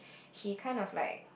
he kind of like